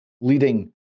leading